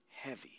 heavy